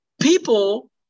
People –